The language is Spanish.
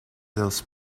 los